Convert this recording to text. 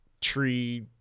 tree